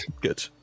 good